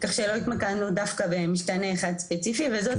כך שלא התמקדנו דווקא במשתנה אחד ספציפי וזאת